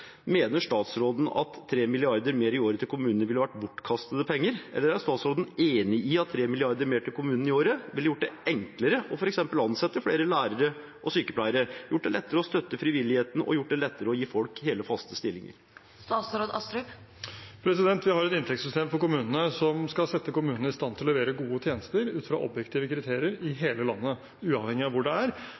mener statsråden at 3 mrd. kr mer i året til kommunene ville ha vært bortkastede penger, eller er statsråden enig i at 3 mrd. kr mer til kommunene i året ville gjort det enklere f.eks. å ansette flere lærere og sykepleiere, gjort det lettere å støtte frivilligheten og lettere å gi folk hele, faste stillinger? Vi har et inntektssystem for kommunene som skal sette dem i stand til å levere gode tjenester ut fra objektive kriterier i hele landet, uavhengig av hvor det er.